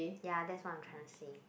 ya that's what I'm trying to say